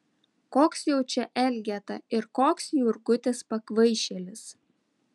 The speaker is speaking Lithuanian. koks jau čia elgeta ir koks jurgutis pakvaišėlis